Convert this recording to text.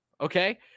Okay